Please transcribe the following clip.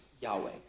Yahweh